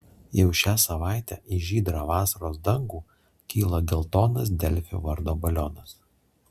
jau šią savaitę į žydrą vasaros dangų kyla geltonas delfi vardo balionas